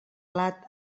plat